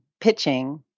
pitching